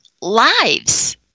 lives